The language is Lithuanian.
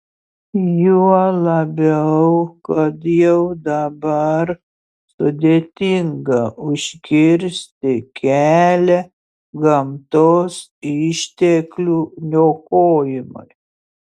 juo labiau kad jau dabar sudėtinga užkirsti kelią gamtos išteklių niokojimui